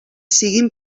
siguin